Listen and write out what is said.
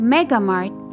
Megamart